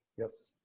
yes.